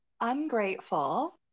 ungrateful